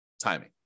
timing